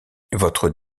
votre